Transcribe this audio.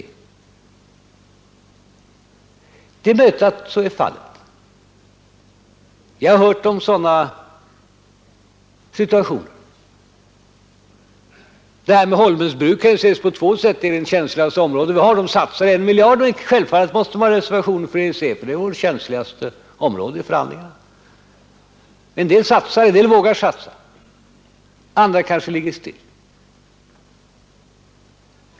Det är möjligt att så är fallet. Jag har hört talas om sådana situationer. Exemplet med Holmens Bruk kan ses på två sätt. De satsar en miljard. Självfallet måste de göra 173 reservationer beträffande EEC, ty deras sektor är vårt känsligaste område vid förhandlingarna. En del satsar, andra kanske ligger still.